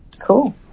Cool